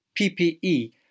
PPE